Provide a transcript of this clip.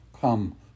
Come